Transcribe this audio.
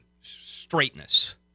straightness